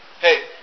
Hey